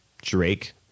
Drake